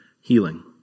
healing